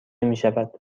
میشود